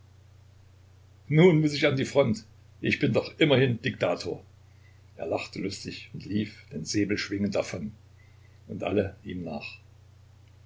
nun muß ich an die front ich bin doch immerhin diktator er lachte lustig und lief den säbel schwingend davon und alle ihm nach